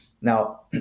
Now